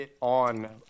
on